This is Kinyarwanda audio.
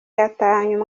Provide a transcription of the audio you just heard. yatahanye